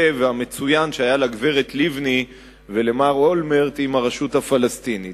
והמצוין שהיה לגברת לבני ולמר אולמרט עם הרשות הפלסטינית.